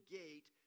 gate